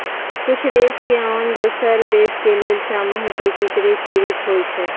कुछ देश के आन दोसर देश के लेल सामूहिक एकीकृत टैरिफ होइ छइ